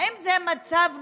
האם זה מצב נורמלי?